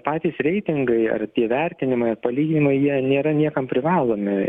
patys reitingai ar tie vertinimai ar palyginimai jie nėra niekam privalomi